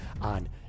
on